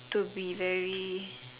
to be very